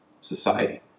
society